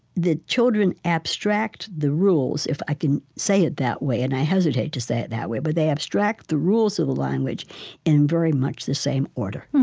the children abstract the rules if i can say it that way, and i hesitate to say it that way but they abstract the rules of the language in very much the same order.